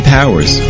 Powers